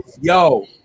Yo